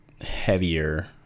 heavier